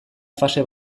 fase